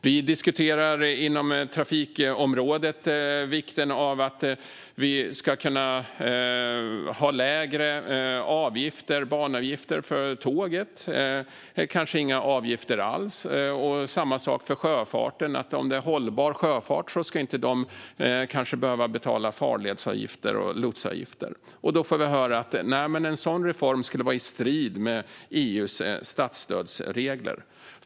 Vi diskuterar inom trafikområdet vikten av att vi ska kunna ha lägre banavgifter för tåg eller kanske inga avgifter alls. Det är samma sak för sjöfarten - om den är hållbar kanske man inte behöver betala farledsavgifter och lotsavgifter. Men då får vi höra att en sådan reform skulle vara i strid med EU:s statsstödsregler.